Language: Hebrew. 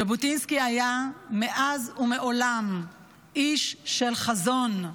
ז'בוטינסקי היה מאז ומעולם איש של חזון.